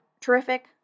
terrific